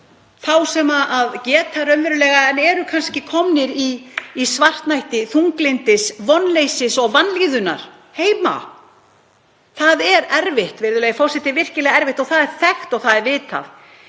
þá sem geta raunverulega unnið en eru kannski komnir í svartnætti þunglyndis, vonleysis og vanlíðunar heima. Það er erfitt, virðulegi forseti, virkilega erfitt og það er þekkt og það er vitað